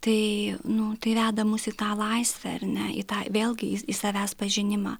tai nu tai veda mus į tą laisvę ar ne į tą vėlgi į savęs pažinimą